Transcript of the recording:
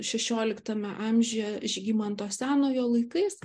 šešioliktame amžiuje žygimanto senojo laikais